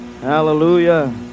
hallelujah